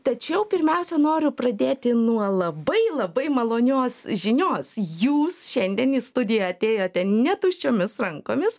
tačiau pirmiausia noriu pradėti nuo labai labai malonios žinios jūs šiandien į studiją atėjote ne tuščiomis rankomis